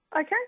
Okay